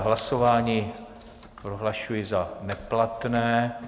Hlasování prohlašuji za neplatné.